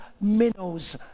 minnows